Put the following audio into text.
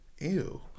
Ew